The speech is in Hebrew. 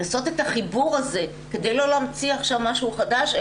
לעשות את החיבור הזה כדי לא להמציא עכשיו משהו חדש,